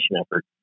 effort